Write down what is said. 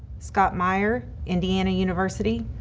scott meyer, indiana university,